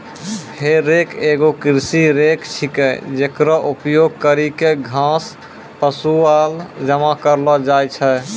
हे रेक एगो कृषि रेक छिकै, जेकरो उपयोग करि क घास, पुआल जमा करलो जाय छै